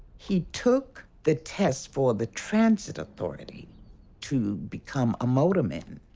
he took the test for the transit authority to become a motorman.